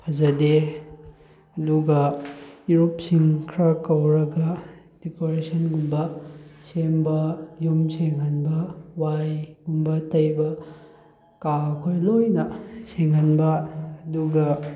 ꯐꯖꯗꯦ ꯑꯗꯨꯒ ꯏꯔꯨꯞꯁꯤꯡ ꯈꯔ ꯀꯧꯔꯒ ꯗꯦꯀꯣꯔꯦꯁꯟꯒꯨꯝꯕ ꯁꯦꯝꯕ ꯌꯨꯝ ꯁꯦꯡꯍꯟꯕ ꯋꯥꯏꯒꯨꯝꯕ ꯇꯩꯕ ꯀꯥ ꯈꯣꯏ ꯂꯣꯏꯅ ꯁꯦꯡꯍꯟꯕ ꯑꯗꯨꯒ